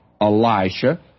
Elisha